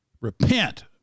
Repent